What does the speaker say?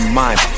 mind